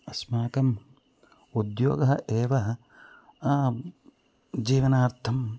अस्माकम् उद्योगम् एव जीवनार्थम्